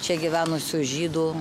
čia gyvenusių žydų